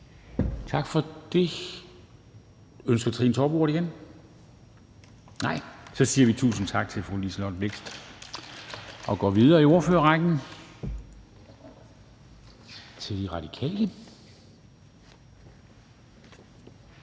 Dam Kristensen): Tak for det. Så siger vi tusind tak til fru Liselott Blixt og går videre i ordførerrækken til De Radikale.